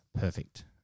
perfect